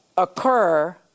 occur